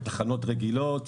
בתחנות רגילות.